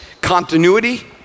continuity